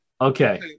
Okay